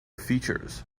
features